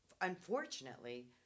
Unfortunately